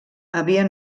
havien